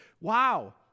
Wow